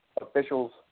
officials